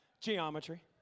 Geometry